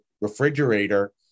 refrigerator